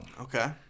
Okay